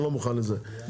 אני לא מוכן לזה.